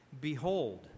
Behold